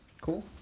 Cool